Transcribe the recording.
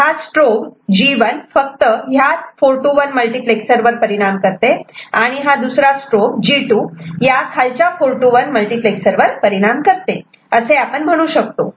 हा strobe G1 फक्त ह्या 4 to 1 मल्टिप्लेक्सर वर परिणाम करते आणि हा स्ट्रोब G2 या खालच्या 4 to 1 मल्टिप्लेक्सर वर परिणाम करते असे आपण म्हणू शकतो